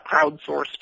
Crowdsourced